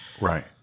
Right